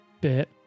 bit